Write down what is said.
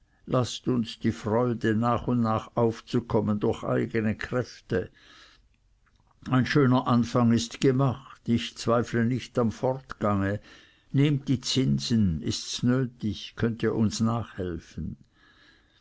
laßt uns die freude nach und nach aufzukommen durch eigene kräfte ein schöner anfang ist gemacht ich zweifle nicht am fortgange nehmt die zinsen ists nötig könnt ihr uns nachhelfen